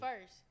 first